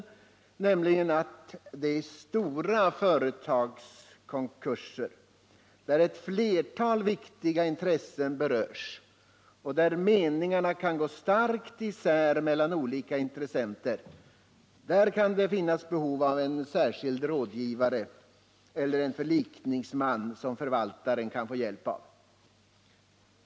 Han säger att i stora företagskonkurser, där ett flertal viktiga intressen berörs och där meningarna kan gå starkt isär mellan olika intressenter, kan det finnas behov av en särskild rådgivare eller förlikningsman som förvaltaren kan få hjälp av.